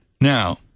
Now